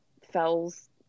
Fells